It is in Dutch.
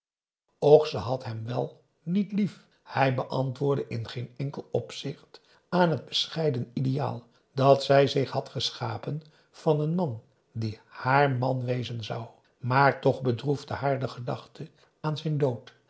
ze had hem wel niet lief hij beantwoordde in geen enkel opzicht aan het bescheiden ideaal dat zij zich had geschapen van een man die haar man wezen zou maar toch bep a daum hoe hij raad van indië werd onder ps maurits droefde haar de gedachte aan zijn dood